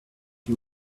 you